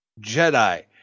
Jedi